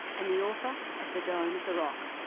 and the author of the dome of the rock.